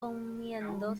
comiendo